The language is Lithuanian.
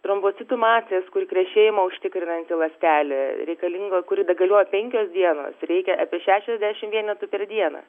trombocitų masės kur krešėjimą užtikrinanti ląstelė reikalinga kuri d galioja penkios dienos reikia apie šešiasdešim vienetų per dieną